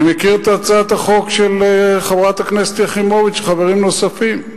אני מכיר את הצעת החוק של חברת הכנסת יחימוביץ וחברים נוספים.